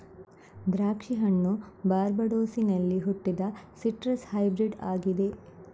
ದ್ರಾಕ್ಷಿ ಹಣ್ಣು ಬಾರ್ಬಡೋಸಿನಲ್ಲಿ ಹುಟ್ಟಿದ ಸಿಟ್ರಸ್ ಹೈಬ್ರಿಡ್ ಆಗಿದೆ